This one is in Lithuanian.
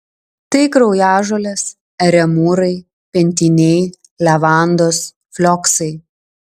tai kraujažolės eremūrai pentiniai levandos flioksai